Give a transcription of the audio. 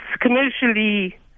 commercially